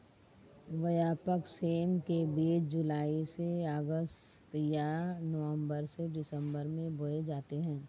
व्यापक सेम के बीज जुलाई से अगस्त या नवंबर से दिसंबर में बोए जाते हैं